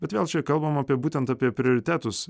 bet vėl čia kalbam apie būtent apie prioritetus